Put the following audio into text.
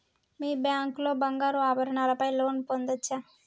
మీ bank లో బంగారు ఆభరణాల పై లోన్ పొందచ్చా?